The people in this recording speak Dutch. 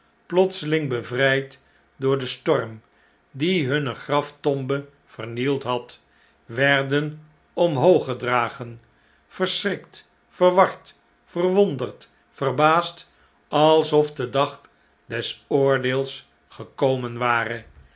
plotseling bevrijd door den storm die hunne graftombe vernieid had werden omhoog gedragen verschrikt verward verwonderd verbaasd alsof de dag des oordeels gekomen ware